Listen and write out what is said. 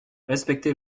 respectez